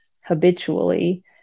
habitually